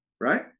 right